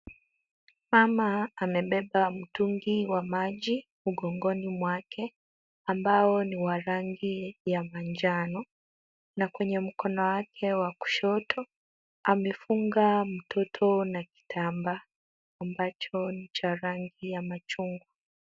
Mama amebeba mtungi wa maji mgongoni mwake, ambao ni wa rangi ya manjano na kwenye mkono wake wa kushoto, amefunga mtoto na kitambaa, ambacho ni cha rangi ya machungwa.